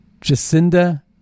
Jacinda